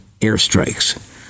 airstrikes